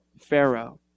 Pharaoh